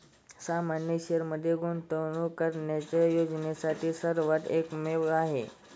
सामान्य शेअरमध्ये गुंतवणूक करण्याच्या योजनेवर सर्वांचे एकमत आहे